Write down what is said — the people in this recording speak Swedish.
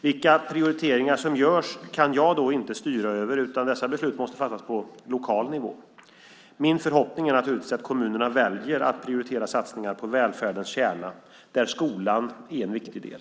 Vilka prioriteringar som görs kan jag dock inte styra över, utan dessa beslut måste fattas på lokal nivå. Min förhoppning är naturligtvis att kommunerna väljer att prioritera satsningar på välfärdens kärna, där skolan är en viktig del.